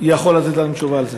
יכול לתת תשובה על זה?